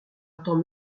attend